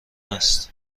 است